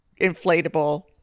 inflatable